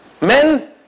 Men